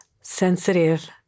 sensitive